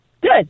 Good